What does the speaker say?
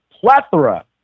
plethora